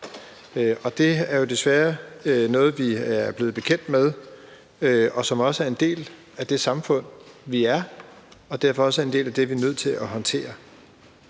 Det er jo desværre noget, vi er blevet bekendt med, og som også er en del af det samfund, vi er, og som vi derfor også er nødt til at håndtere.